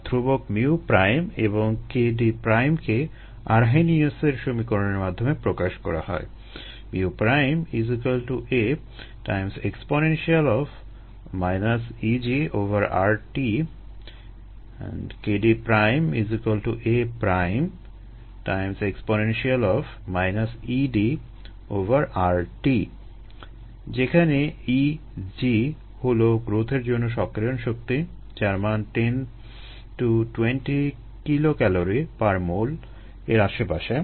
আর ধ্রুবক μ এবং kd কে আরহেনিয়াসের সমীকরণের মাধ্যমে প্রকাশ করা হয় যেখানে Eg হলো গ্রোথের জন্য সক্রিয়ণ শক্তি যার মান 10 - 20 kcal mol 1 এর আশেপাশে